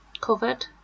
covered